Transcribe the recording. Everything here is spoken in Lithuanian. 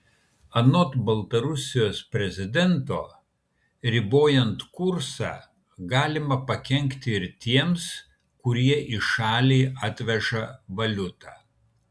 anot baltarusijos prezidento ribojant kursą galima pakenkti ir tiems kurie į šalį atveža valiutą